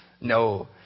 No